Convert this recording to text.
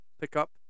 pickup